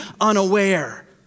unaware